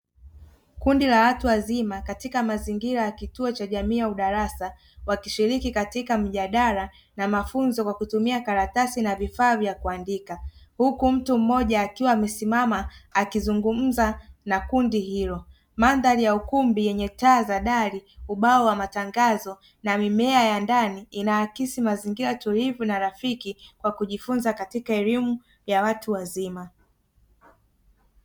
Kundi la watu wazima wakiwa katika mazingira katika kituo cha jamii au darasa wakishiriki katika mjadala na mafunzo kwa kutumia karatasi na vifaa vya kuandika huku mtu mmoja akiwa amesimama akizungumza na kundi hilo. Mandhari ya ukumbi yenye taa za dari, ubao wa matangazo na mimea ya mazingira ya watu wazima.